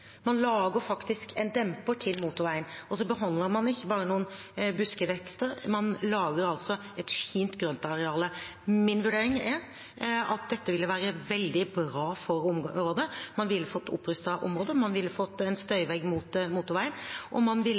Man lager faktisk en demper til motorveien. Man beholder ikke bare noen buskvekster, man lager et fint grøntareal. Min vurdering er at dette ville være veldig bra for området. Man ville fått opprustet området og fått en støyvegg mot motorveien, man ville fått et nytt kvinnefengsel, og man